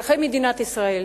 אזרחי מדינת ישראל,